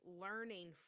learning